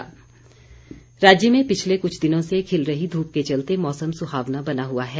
मौसम राज्य में पिछले कुछ दिनों से खिल रही धूप के चलते मौसम सुहावना बना हुआ है